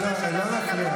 לא, לא להפריע.